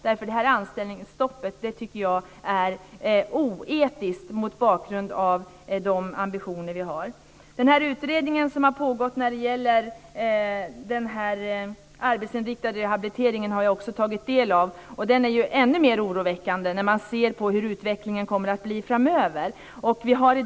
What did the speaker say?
Jag tycker att anställningsstoppet är oetiskt mot bakgrund av de ambitioner vi har. Utredningen om den arbetsinriktade rehabiliteringen som har pågått har jag också tagit del av. Den är ännu mer oroväckande när man ser på hur utvecklingen kommer att bli framöver.